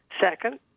Second